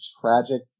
tragic